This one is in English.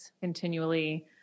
continually